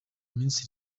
minsi